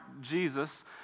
Jesus